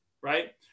right